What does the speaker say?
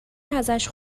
ازش